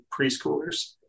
preschoolers